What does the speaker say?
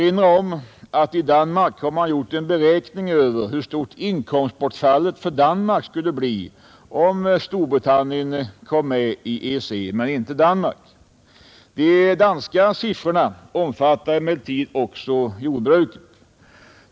I Danmark har man gjort en beräkning över hur stort inkomstbortfallet för Danmark skulle bli, om Storbritannien kom med i EEC men inte Danmark. De danska siffrorna omfattar emellertid också jordbruket.